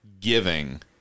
giving